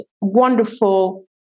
wonderful